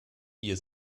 hier